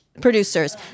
producers